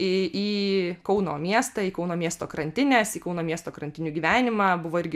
į į kauno miestą į kauno miesto krantines į kauno miesto krantinių gyvenimą buvo irgi